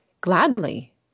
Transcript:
gladly